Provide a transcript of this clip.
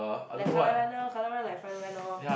like colour run now colour run like fun run lor